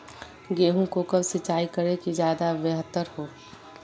गेंहू को कब सिंचाई करे कि ज्यादा व्यहतर हो?